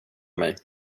mig